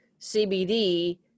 CBD